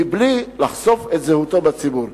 מבלי לחשוף את זהותו בציבור.